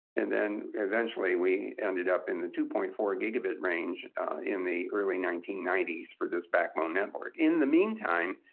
and then eventually we ended up in the two point four gigabit range in the early nineteen ninety s for this backbone network. in the meantime,